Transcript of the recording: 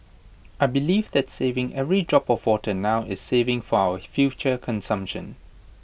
I believe that saving every drop of water now is saving for our future consumption